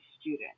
student